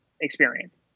experience